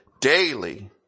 daily